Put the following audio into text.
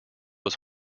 was